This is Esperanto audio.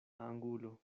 angulo